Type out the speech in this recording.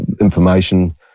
information